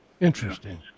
interesting